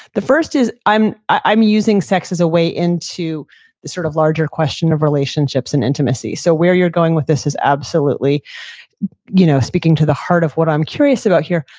the first is, i'm i'm using sex as a way into the sort of larger question of relationships and intimacy. so where you're going with this is absolutely you know speaking to the heart of what i'm curious about here.